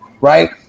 right